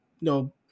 no